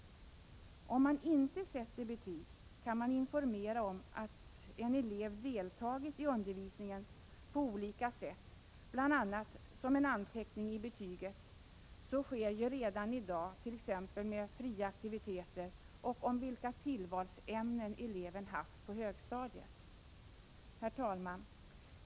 Om man inte sätter betyg kan man på olika sätt informera om att en elev deltagit i undervisningen, bl.a. som en anteckning i betyget. Så sker redan i dagt.ex. i fråga om fria aktiviteter och vilka tillvalsämnen eleven har haft på högstadiet. Herr talman!